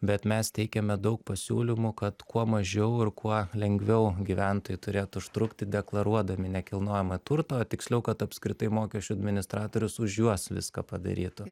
bet mes teikiame daug pasiūlymų kad kuo mažiau ir kuo lengviau gyventojai turėtų užtrukti deklaruodami nekilnojamą turtą o tiksliau kad apskritai mokesčių administratorius už juos viską padarytų